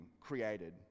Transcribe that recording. created